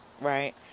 right